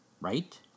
Right